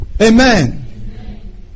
Amen